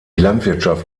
landwirtschaft